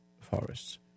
forests